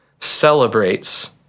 celebrates